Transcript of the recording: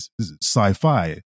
sci-fi